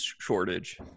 shortage